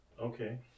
Okay